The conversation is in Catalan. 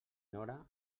nora